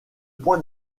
point